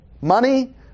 money